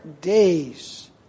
days